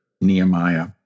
Nehemiah